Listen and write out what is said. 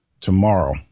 tomorrow